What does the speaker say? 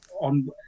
on